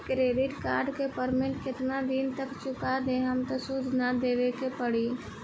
Credit card के payment केतना दिन तक चुका देहम त सूद ना देवे के पड़ी?